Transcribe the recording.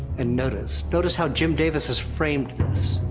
and notice, notice how jim davis has framed this